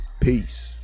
Peace